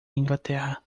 inglaterra